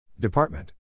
Department